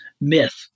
myth